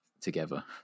together